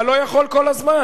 אתה לא יכול כל הזמן.